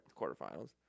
quarterfinals